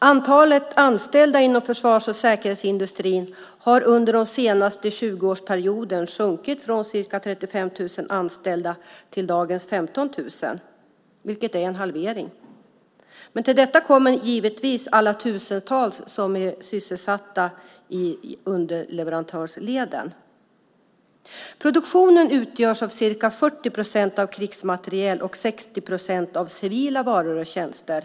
Antalet anställda inom försvars och säkerhetsindustrin har under den senaste 20-årsperioden sjunkit från ca 35 000 anställda till dagens 15 000, vilket är en halvering. Till detta kommer givetvis alla tusentals som är sysselsatta i underleverantörsleden. Produktionen utgörs till ca 40 procent av krigsmateriel och till ca 60 procent av civila varor och tjänster.